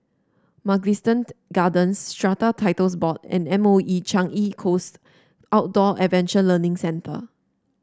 Mugliston Gardens Strata Titles Board and M O E Changi Coast Outdoor Adventure Learning Centre